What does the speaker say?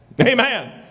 Amen